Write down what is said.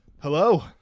Hello